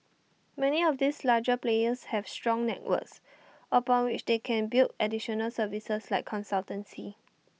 many of these larger players have strong networks upon which they can build additional services like consultancy